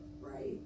right